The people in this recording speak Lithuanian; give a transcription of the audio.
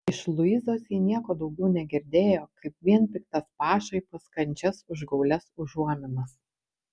iš luizos ji nieko daugiau negirdėjo kaip vien piktas pašaipas kandžias užgaulias užuominas